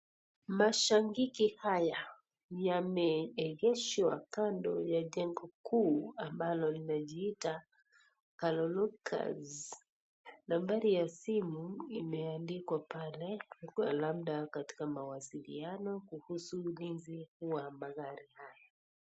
Mashangiki haya yameegeshwa kando ya jengo kuu ambalo linalijiita Kololocus nambari ya simu imeandikwa pale kwa labda katika mawasiliano kuhusu ulinzi wa magari haya.